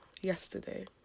yesterday